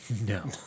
No